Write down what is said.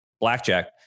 blackjack